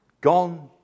Gone